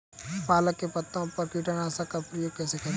पालक के पत्तों पर कीटनाशक का प्रयोग कैसे करें?